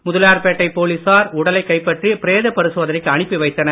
முதலியார்பேட் போலீசார் உடலைக் கைப்பற்றி பிரேத பரிசோதனைக்கு அனுப்பி வைத்தனர்